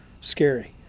scary